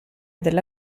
della